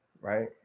right